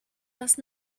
last